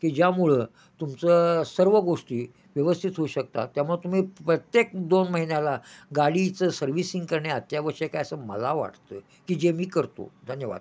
की ज्यामुळं तुमचं सर्व गोष्टी व्यवस्थित होऊ शकतात त्यामुळं तुम्ही प्रत्येक दोन महिन्याला गाडीचं सर्व्हिसिंग करणे अत्यावश्यक आहे असं मला वाटतं की जे मी करतो धन्यवाद